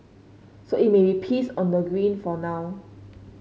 so it may be peace on the green for now